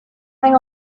hang